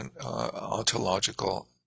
ontological